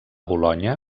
bolonya